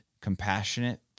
compassionate